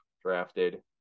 drafted